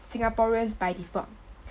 singaporeans by default